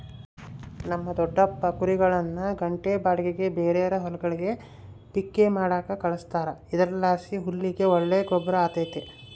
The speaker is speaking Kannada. ನಮ್ ದೊಡಪ್ಪ ಕುರಿಗುಳ್ನ ಗಂಟೆ ಬಾಡಿಗ್ಗೆ ಬೇರೇರ್ ಹೊಲಗುಳ್ಗೆ ಪಿಕ್ಕೆ ಮಾಡಾಕ ಕಳಿಸ್ತಾರ ಇದರ್ಲಾಸಿ ಹುಲ್ಲಿಗೆ ಒಳ್ಳೆ ಗೊಬ್ರ ಆತತೆ